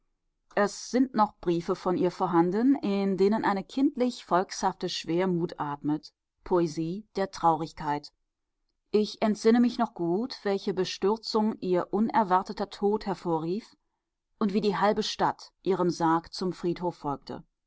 es sind noch briefe von ihr vorhanden in denen eine kindlich volkshafte schwermut atmet poesie der traurigkeit ich entsinne mich noch gut welche bestürzung ihr unerwarteter tod hervorrief und wie die halbe stadt ihrem sarg zum friedhof folgte